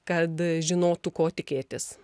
kad žinotų ko tikėtis